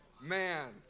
Man